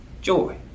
Joy